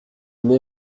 mets